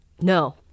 no